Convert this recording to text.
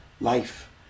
life